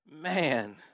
Man